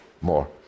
more